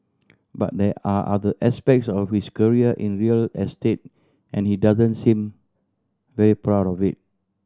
but there are other aspects of his career in real estate and he doesn't seem very proud of it